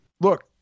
Look